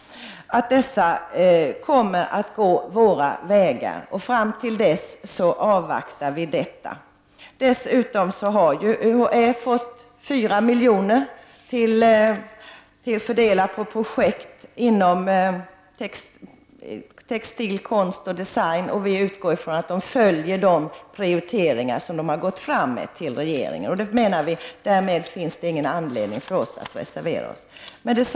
Vi hoppas att dessa utredningar kommer att gå våra vägar, och vi avvaktar resultatet av utredningarna. Dessutom har UHÄ fått 4 milj.kr. att fördela på projekt inom textil konst och design, och vi utgår från att UHÄ följer de prioriteringar som gjordes i anslagsframställningen till regeringen. Med anledning härav har vi inte funnit anledning att reservera oss.